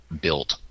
built